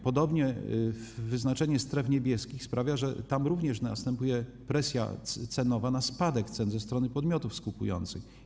Podobnie wyznaczenie stref niebieskich sprawia, że tam również występuje presja cenowa, presja na spadek cen ze strony podmiotów skupujących.